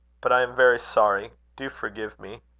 but i am very sorry. do forgive me.